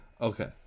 Okay